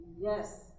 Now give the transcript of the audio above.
Yes